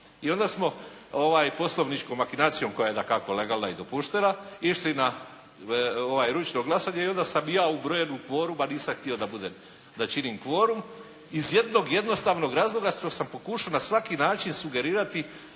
I onda smo poslovničkom makinacijom koja je dakako legalna i dopuštena išli na ručno glasanje i onda sam i ja ubrojen u kvorum, a nisam htio da budem, da činim kvorum iz jednog jednostavnog razloga što sam pokušao na svaki način sugerirati